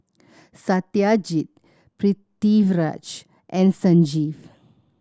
Satyajit Pritiviraj and Sanjeev